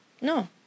No